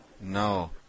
No